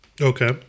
Okay